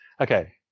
Okay